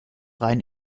rein